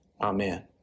amen